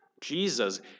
Jesus